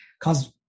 cause